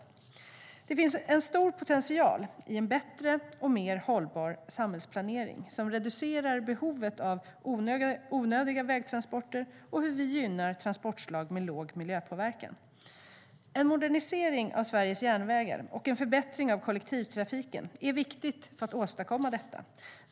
Det finns en stor potential i en bättre och mer hållbar samhällsplanering som reducerar onödiga vägtransporter och gynnar transportslag med låg miljöpåverkan. En modernisering av Sveriges järnvägar och en förbättring av kollektivtrafiken är viktigt för att åstadkomma detta.